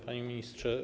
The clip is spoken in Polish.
Panie Ministrze!